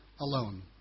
Alone